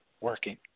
working